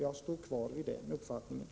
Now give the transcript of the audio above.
Jag fasthåller vid den uppfattningen.